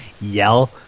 yell